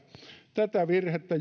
tätä virhettä